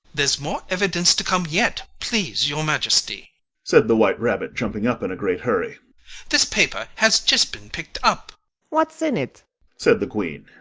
there's more evidence to come yet, please your majesty said the white rabbit, jumping up in a great hurry this paper has just been picked up what's in it said the queen.